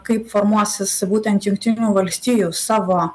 kaip formuosis būtent jungtinių valstijų savo